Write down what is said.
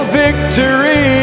victory